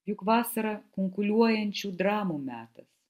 juk vasara kunkuliuojančių dramų metas